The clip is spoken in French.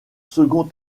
second